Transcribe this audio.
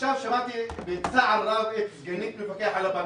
עכשיו שמעתי בצער רב את סגנית המפקח על הבנקים.